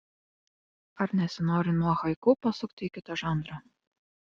ar nesinori nuo haiku pasukti į kitą žanrą